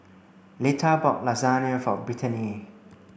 Leta bought Lasagne for Brittanie